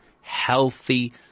healthy